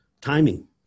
timing